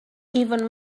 even